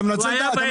מזמן.